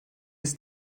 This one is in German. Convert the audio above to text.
bis